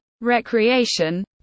recreation